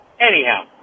anyhow